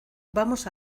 vamos